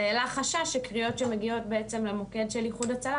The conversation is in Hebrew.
זה העלה חשש שקריאות שמגיעות בעצם למוקד של איחוד והצלה,